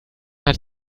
hat